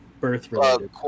birth-related